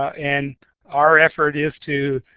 and our effort is to